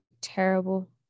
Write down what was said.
terrible